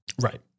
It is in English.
Right